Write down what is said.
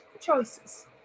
choices